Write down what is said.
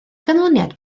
ganlyniad